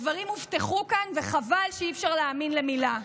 הדברים הובטחו כאן, וחבל שאי-אפשר להאמין למילה.